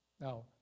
Now